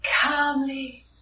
Calmly